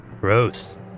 Gross